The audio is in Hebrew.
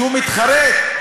שהוא מתחרט,